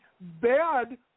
bad